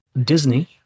Disney